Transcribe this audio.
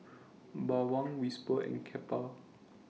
Bawang Whisper and Kappa